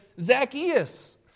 Zacchaeus